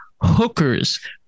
hookers